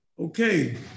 Okay